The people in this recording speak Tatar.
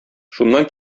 шуннан